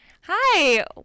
Hi